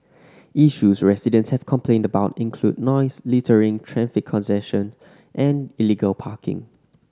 issues residents have complained about include noise littering traffic congestion and illegal parking